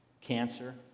cancer